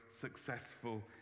successful